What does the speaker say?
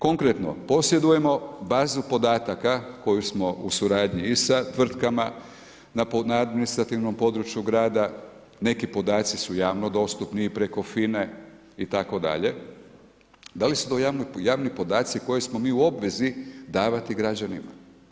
Konkretno, posjedujemo bazu podataka koju smo u suradnji i sa tvrtkama na administrativnom području grada, neki podaci su javno dostupni i preko FINA-e itd., da li su to javni podaci koje smo mi u obvezi davati građanima?